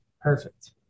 Perfect